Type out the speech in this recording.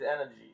energy